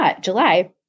July